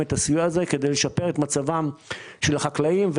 את הסיוע הזה כדי לשפר את מצבם של החקלאים.